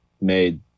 made